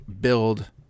build